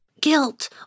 Guilt